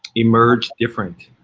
emerge different,